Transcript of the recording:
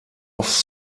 off